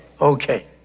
okay